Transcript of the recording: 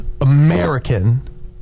American